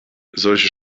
solche